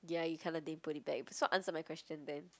ya you kind of did put it back so answer my question then